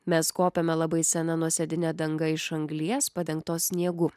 mes kopiame labai sena nuosėdine danga iš anglies padengtos sniegu